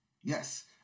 Yes